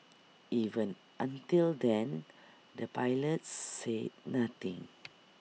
even until then the pilots said nothing